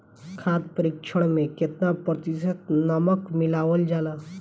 खाद्य परिक्षण में केतना प्रतिशत नमक मिलावल जाला?